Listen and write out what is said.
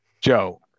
joe